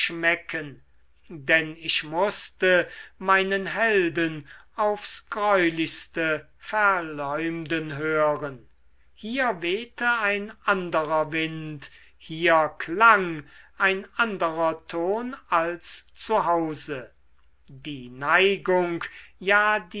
schmecken denn ich mußte meinen helden aufs greulichste verleumden hören hier wehte ein anderer wind hier klang ein anderer ton als zu hause die neigung ja